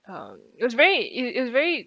um it was very it it's very